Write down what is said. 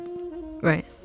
Right